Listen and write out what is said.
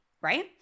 right